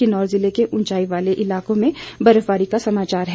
किन्नौर ज़िले के ऊंचाई वाले इलाकों में बर्फबारी का समाचार है